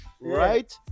Right